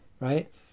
Right